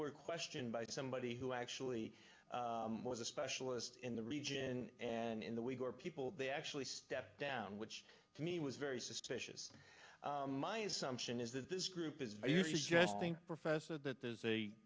were questioned by somebody who actually was a specialist in the region and in the week or people they actually stepped down which to me was very suspicious my assumption is that this group is professor that there's a